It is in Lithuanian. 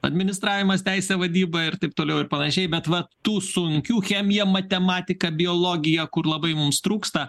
administravimas teisė vadyba ir taip toliau ir panašiai bet va tų sunkių chemija matematika biologija kur labai mums trūksta